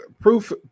proof